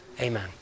Amen